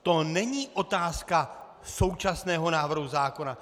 To není otázka současného návrhu zákona.